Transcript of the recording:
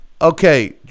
Okay